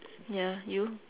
ya you